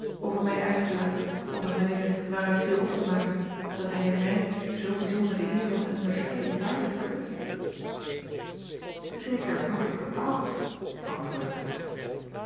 over mij uitgelaten op een wijze waaruit viel op te maken dat hij mij zoo bijzonder de eer van zijn onderscheiding waardig keurt eker nooit bepaald antwoordde